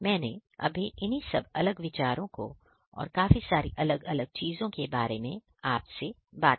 मैंने अभी इन्हीं सब अलग विचारों को और काफी सारी अलग चीजों के बारे में आपसे बात की